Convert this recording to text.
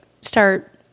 start